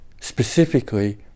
specifically